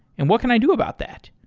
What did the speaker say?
and what can i do about that?